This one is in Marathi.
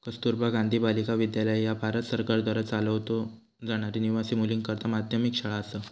कस्तुरबा गांधी बालिका विद्यालय ह्या भारत सरकारद्वारा चालवलो जाणारी निवासी मुलींकरता माध्यमिक शाळा असा